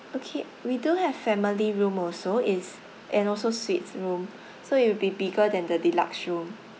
okay we do have family room also it's and also suites room so it will be bigger than the deluxe room